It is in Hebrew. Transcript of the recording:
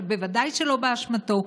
אבל בוודאי שלא באשמתו,